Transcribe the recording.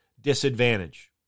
disadvantage